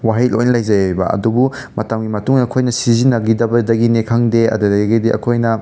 ꯋꯥꯍꯩ ꯂꯣꯏꯅ ꯂꯩꯖꯩꯑꯕ ꯑꯗꯨꯕꯨ ꯃꯇꯝꯒꯤ ꯃꯇꯨꯡ ꯏꯟꯅ ꯑꯩꯈꯣꯏꯅ ꯁꯤꯖꯤꯟꯅꯒꯤꯗꯕꯗꯒꯤꯅꯦ ꯈꯪꯗꯦ ꯑꯗꯨꯗꯒꯤꯗꯤ ꯑꯩꯈꯣꯏꯅ